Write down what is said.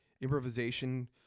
improvisation